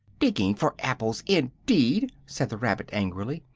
digging for apples indeed! said the rabbit angrily,